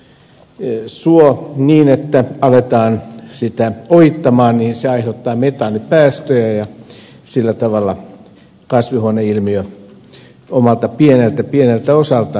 aina kun avataan suo niin että aletaan sitä ojittaa se aiheuttaa metaanipäästöjä ja sillä tavalla kasvihuoneilmiö omalta pieneltä pieneltä osaltaan vahvistuu